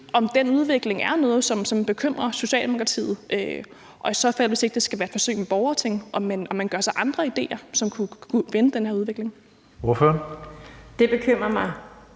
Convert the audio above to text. om den udvikling er noget, som bekymrer Socialdemokratiet, og i så fald om man, hvis ikke det skal være et forsøg med borgerting, gør sig andre idéer, som kunne være med til at vende den